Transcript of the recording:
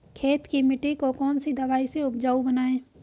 खेत की मिटी को कौन सी दवाई से उपजाऊ बनायें?